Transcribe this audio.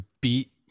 beat